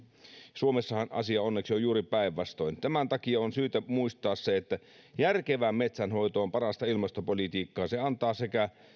suomessahan asia onneksi on juuri päinvastoin tämän takia on syytä muistaa se että järkevä metsänhoito on parasta ilmastopolitiikkaa